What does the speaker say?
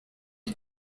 you